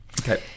Okay